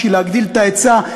בשביל להגדיל את ההיצע,